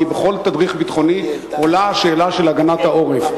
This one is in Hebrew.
כי בכל תדריך ביטחוני עולה השאלה של הגנת העורף.